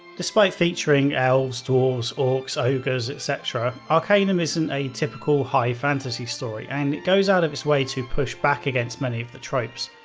despite featuring elves, dwarves, orcs, ogres, etc, arcanum isn't a typical high fantasy story and goes out of its way to push back against many of the tropes.